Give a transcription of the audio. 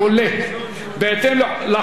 בהתאם לחוק המוצע,